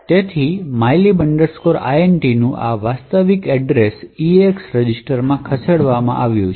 તેથી mylib int નું આ વાસ્તવિક સરનામું EAX રજીસ્ટરમાં ખસેડવામાં આવ્યું છે